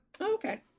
Okay